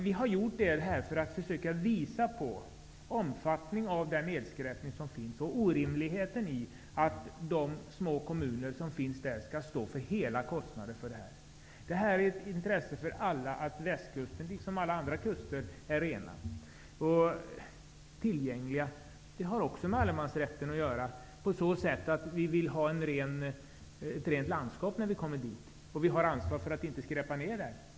Vi har gjort det för att försöka visa på omfattningen av nedskräpningen och orimligheten i att de små kommunerna där nere skall stå för hela kostnaden för städning. Det är ett intresse för alla att Västkusten liksom alla andra kuster är rena och tillgängliga. Det har också med allemansrätten att göra, på så sätt att vi vill ha ett rent landskap när vi kommer dit och att vi har ansvar för att inte skräpa ned.